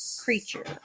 creature